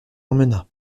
emmena